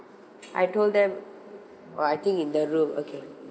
I told them oh I think in the room okay